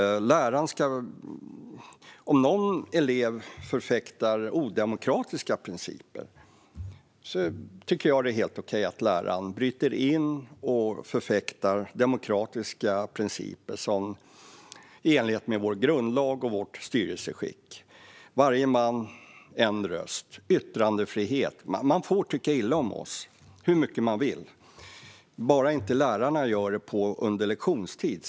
Om någon elev förfäktar odemokratiska principer tycker jag att det är helt okej att läraren bryter in och förfäktar demokratiska principer i enlighet med vår grundlag och vårt styrelseskick - varje man, en röst, och yttrandefrihet. Man får tycka illa om oss hur mycket man vill, bara inte lärarna gör det under lektionstid.